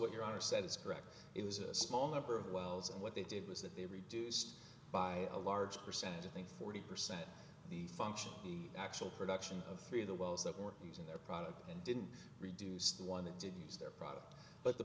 what your honor said is correct it was a small number of wells and what they did was that they reduced by a large percentage of the forty percent of the function the actual production of three of the wells that were using their product and didn't reduce the one that did use their product but the